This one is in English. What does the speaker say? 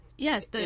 Yes